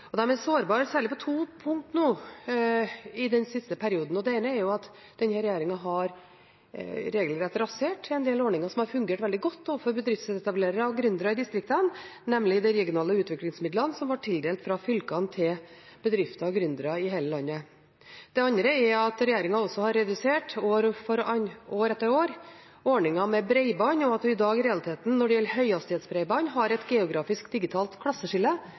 sårbare på særlig to punkter i den siste perioden. Det ene er at denne regjeringen regelrett har rasert en del ordninger som har fungert veldig godt overfor bedriftsetablerere og gründere i distriktene, nemlig de regionale utviklingsmidlene som ble tildelt fra fylkene til bedrifter og gründere i hele landet. Det andre er at regjeringen i år etter år også har redusert ordningen med bredbånd, og at vi i realiteten i dag når det gjelder høyhastighetsbredbånd, har et geografisk digitalt klasseskille,